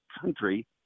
country